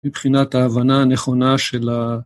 מבחינת ההבנה הנכונה של ה...